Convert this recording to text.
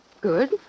Good